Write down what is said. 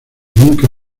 nunca